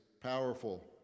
powerful